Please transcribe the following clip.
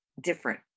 different